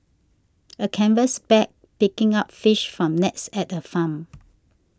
a canvas bag picking up fish from nets at a farm